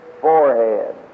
forehead